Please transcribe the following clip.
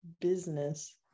business